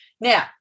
now